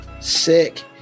Sick